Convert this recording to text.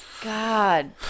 God